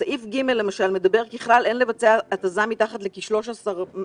סעיף ג' למשל קובע: "ככלל אין לבצע התזה מתחת לכ-13 מטרים,